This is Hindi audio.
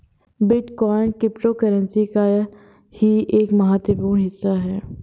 बिटकॉइन क्रिप्टोकरेंसी का ही एक महत्वपूर्ण हिस्सा है